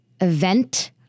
event